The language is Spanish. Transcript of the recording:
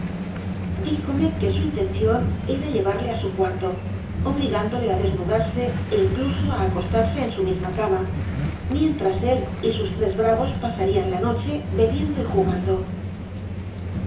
dijome que su intención era llevarle a su cuarto obligándole a desnudarse e incluso a acostarse en su misma cama mientras él y sus tres bravos pasarían la noche bebiendo y jugando